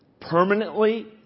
Permanently